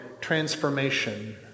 transformation